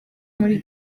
muri